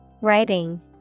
Writing